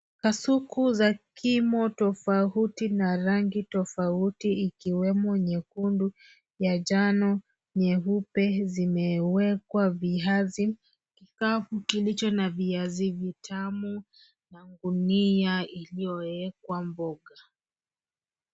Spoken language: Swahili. Kasuku za kimo tofauti na rangi tofauti ikiwemo nyekundu, ya njano, nyeupe zimewekwa viazi. Kikapu kilicho na viazi vitamu na gunia iliyo wekwa mboga.